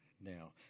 now